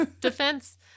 defense